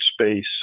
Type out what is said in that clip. space